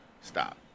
Stop